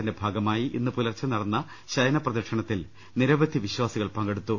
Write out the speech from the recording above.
ത്തിന്റെ ഭാഗമായി ഇന്ന് പൂലർച്ചെ നടന്ന ശയനപ്രദക്ഷിണത്തിൽ നിരവധി വിശ്വാസികൾ പങ്കെടുത്തു